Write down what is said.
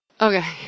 okay